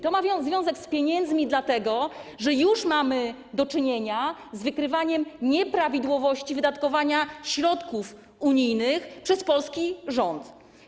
To ma związek z pieniędzmi, dlatego że już mamy do czynienia z wykrywaniem nieprawidłowości w wydatkowaniu środków unijnych przez polski rząd.